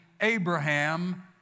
Abraham